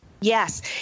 Yes